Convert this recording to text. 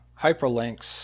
hyperlinks